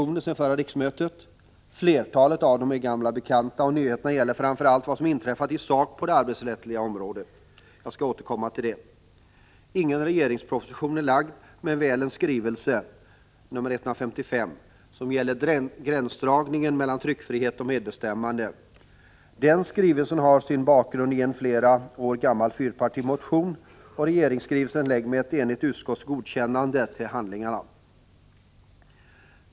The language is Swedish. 1985/86:31 motioner sedan förra riksmötet. Flertalet av dem är gamla bekanta, och 20 november 1985 nyheterna gäller framför allt vad som inträffat i sak på det arbetsrättsliga området. Jag skall återkomma till det. Ingen regeringsproposition är lagd men väl en skrivelse, nr 155, som gäller gränsdragningen mellan tryckfrihet och medbestämmande. Den skrivelsen har sin bakgrund i en flera år gammal fyrpartimotion, och regeringskrivelsen läggs med ett enigt utskotts godkännande till handlingarna.